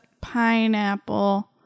pineapple